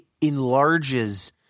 enlarges